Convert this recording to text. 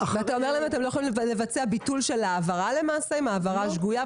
אתה שואל להם שהם לא יכולים לבצע ביטול של ההעברה אם ההעברה שגויה,